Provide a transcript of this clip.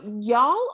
y'all